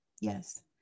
Yes